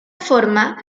forma